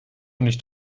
nicht